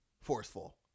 forceful